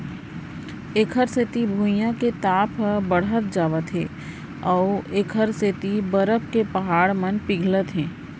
एखर सेती भुइयाँ के ताप ह बड़हत जावत हे अउ एखर सेती बरफ के पहाड़ मन पिघलत हे